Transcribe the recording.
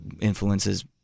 influences